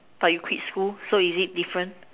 but you quit school so is it different